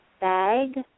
bag